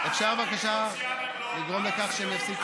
למה, אחד, אפשר בבקשה לגרום לכך שהם יפסיקו?